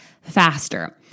faster